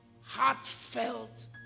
Heartfelt